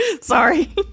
Sorry